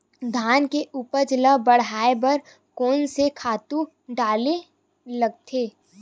धान के उपज ल बढ़ाये बर कोन से खातु डारेल लगथे?